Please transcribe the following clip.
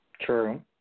True